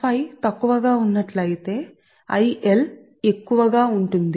అప్పుడు cosɸతక్కువగా ఉంటుంది కాబట్టి ఎక్కువగా ఉంటుంది